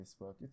Facebook